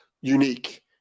unique